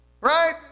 Right